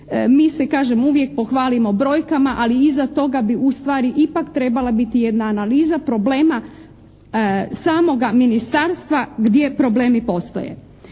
Mi se kažem uvijek pohvalimo brojkama ali iza toga bi u stvari ipak trebala biti jedna analiza problema samoga ministarstva gdje problemi postoje.